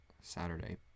Saturday